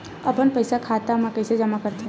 अपन पईसा खाता मा कइसे जमा कर थे?